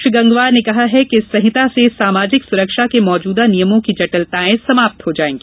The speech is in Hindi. श्री गंगवार ने कहा कि इस संहिता से सामाजिक सुरक्षा के मौजूदा नियमों की जटिलताएं समाप्त हो जायेंगी